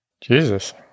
Jesus